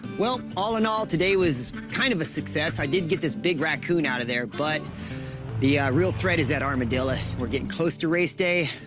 well, all in all, today was kind of a success. i did get this big raccoon out of there, but the, ah, real threat is that armadillo. we're getting close to race day.